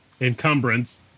encumbrance